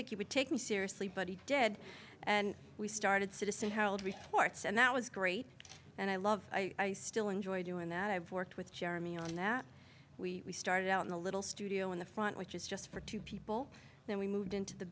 think it would take me seriously but he did and we started citizen herald reports and that was great and i love i still enjoy doing that i've worked with jeremy on that we started out in a little studio in the front which is just for two people then we moved into the